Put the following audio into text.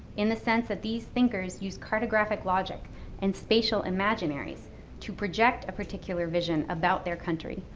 in the sense that these thinkers use cartographic logic and spatial imaginaries to project a particular vision about their country,